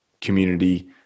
community